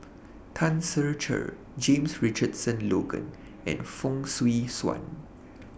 Tan Ser Cher James Richardson Logan and Fong Swee Suan